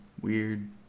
weird